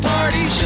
Party